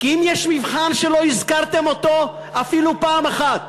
כי אם יש מבחן שלא הזכרתם אותו אפילו פעם אחת,